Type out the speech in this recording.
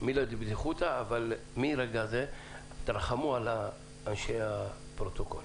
במילה דבדיחותא אבל מרגע זה תרחמו על אנשי הפרוטוקול.